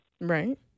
Right